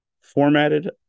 formatted